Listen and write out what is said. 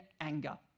anger